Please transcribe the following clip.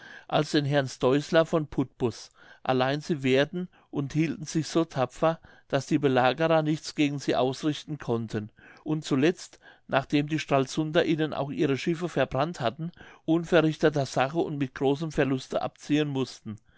als den herrn stoislav von puttbus allein sie wehrten und hielten sich so tapfer daß die belagerer nichts gegen sie aus richten konnten und zuletzt nachdem die stralsunder ihnen auch ihre schiffe verbrannt hatten unverrichteter sache und mit großem verluste abziehen mußten